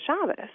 Shabbos